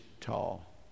tall